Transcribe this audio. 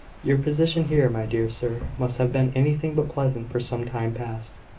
your position here, my dear sir, must have been anything but pleasant for some time past.